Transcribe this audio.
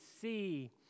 see